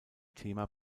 thema